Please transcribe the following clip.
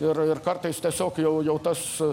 ir ir kartais tiesiog jau jau tas